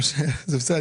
זה בסדר,